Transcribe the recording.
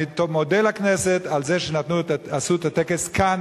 אני מודה לכנסת על זה שעשו את הטקס כאן,